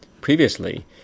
Previously